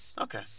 okay